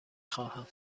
خواهم